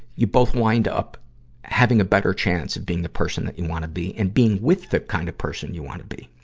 you both wind up having a better chance of being the person that you wanna be, and being with the kind of person you wanna be.